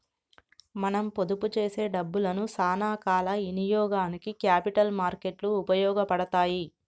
మనం పొదుపు చేసే డబ్బులను సానా కాల ఇనియోగానికి క్యాపిటల్ మార్కెట్ లు ఉపయోగపడతాయి